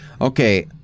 Okay